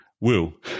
Woo